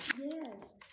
Yes